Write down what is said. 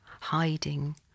hiding